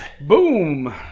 boom